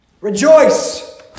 Rejoice